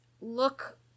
look